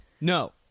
no